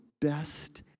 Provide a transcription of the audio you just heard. best